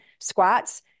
squats